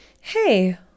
hey